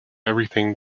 everything